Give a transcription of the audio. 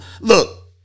Look